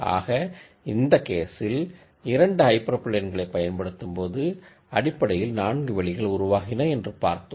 ஆக இந்த கேசில் 2 ஹைப்பர் பிளேன்களை பயன்படுத்துபோது அடிப்படையில் 4 வெளிகள் உருவாகின என்று பார்த்தோம்